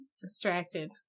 distracted